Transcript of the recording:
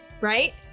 Right